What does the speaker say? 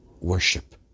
worship